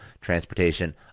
transportation